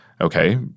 okay